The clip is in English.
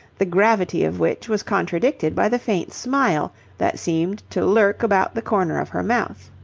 the gravity of which was contradicted by the faint smile that seemed to lurk about the corner of her mouth.